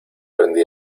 prendí